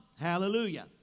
hallelujah